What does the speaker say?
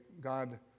God